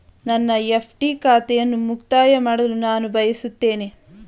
ನನ್ನ ಎಫ್.ಡಿ ಖಾತೆಯನ್ನು ಮುಕ್ತಾಯ ಮಾಡಲು ನಾನು ಬಯಸುತ್ತೇನೆ